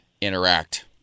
interact